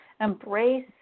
embrace